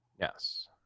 Yes